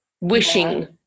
Wishing